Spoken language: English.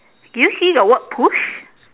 do you see the word push